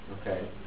Okay